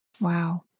Wow